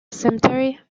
cemetery